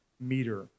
meter